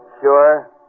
Sure